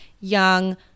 young